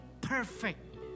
perfect